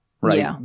Right